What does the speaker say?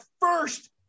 first